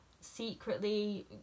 secretly